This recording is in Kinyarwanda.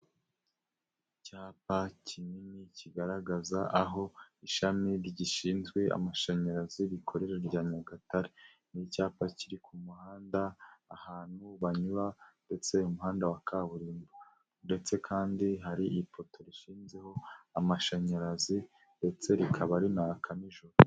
Icyapa kinini kigaragaza aho ishami rishinzwe amashanyarazi rikorera rya Nyagatare. Ni icyapa kiri ku muhanda ahantu banyura ndetse umuhanda wa kaburimbo ndetse kandi hari ipoto rishinzeho amashanyarazi ndetse rikaba rinaka nijoro.